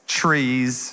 trees